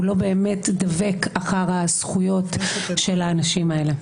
הוא לא באמת דבק אחר הזכויות של האנשים האלה.